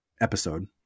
episode